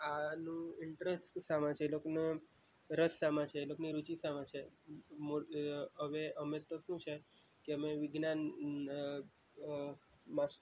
આનું ઇન્ટરેસ્ટ શેમાં છે એ લોકને રસ શેમાં છે એ લોકની રુચિ શેમાં છે હવે અમે હવે અમે તો શું છે કે અમે વિજ્ઞાન માં